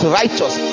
righteous